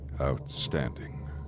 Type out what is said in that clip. Outstanding